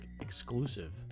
exclusive